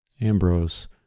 Ambrose